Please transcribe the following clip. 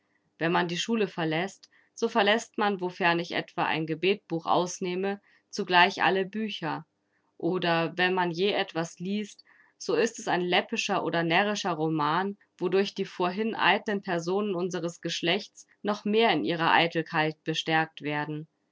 wenn man die schule verläßt so verläßt man wofern ich etwa ein gebetbuch ausnehme zugleich alle bücher oder wenn man je etwas liest so ist es ein läppischer oder närrischer roman wodurch die vorhin eitlen personen unseres geschlechts noch mehr in ihrer eitelkeit bestärkt werden